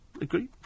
Agree